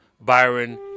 Byron